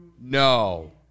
No